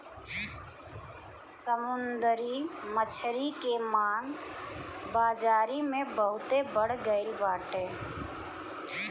समुंदरी मछरी के मांग बाजारी में बहुते बढ़ गईल बाटे